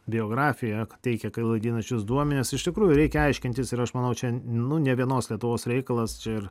biografiją teikia klaidinančius duomenis iš tikrųjų reikia aiškintis ir aš manau čia nu nė vienos lietuvos reikalas čia ir